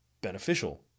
beneficial